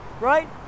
right